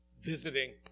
visiting